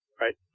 right